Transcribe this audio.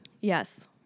Yes